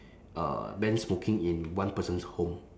uh ban smoking in one person's home